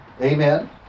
Amen